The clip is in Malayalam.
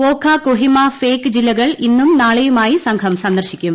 വോഖ കൊഹിമ ഫേക്ക് ജില്ലകൾ ഇന്നും നാളെയുമായി സംഘം സന്ദർശിക്കും